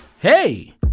Hey